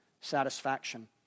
Satisfaction